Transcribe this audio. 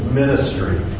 ministry